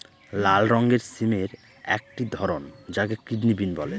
লাল রঙের সিমের একটি ধরন যাকে কিডনি বিন বলে